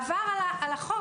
הוא עבר על החוק.